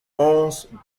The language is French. onze